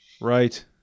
Right